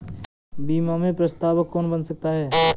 बीमा में प्रस्तावक कौन बन सकता है?